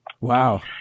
Wow